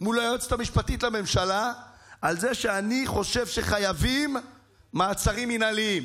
מול היועצת המשפטית לממשלה על זה שאני חושב שחייבים מעצרים מינהליים,